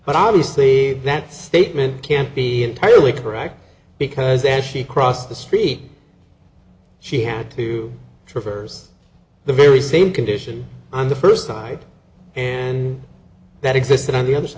but obviously that statement can't be entirely correct because as she crossed the street she had to traverse the very same condition on the first time and that existed on the other